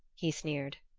he sneered.